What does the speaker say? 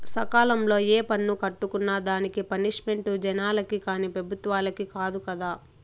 సకాలంల ఏ పన్ను కట్టుకున్నా దానికి పనిష్మెంటు జనాలకి కానీ పెబుత్వలకి కాదు కదా